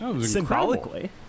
Symbolically